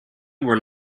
were